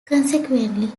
consequently